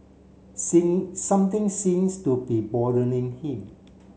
singing something seems to be bothering him